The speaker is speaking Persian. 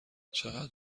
چقدر